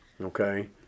okay